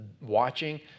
watching